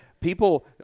People